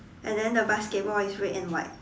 and then the basketball is red and white